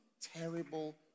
terrible